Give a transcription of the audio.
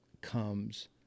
comes